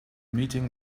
meeting